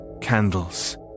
candles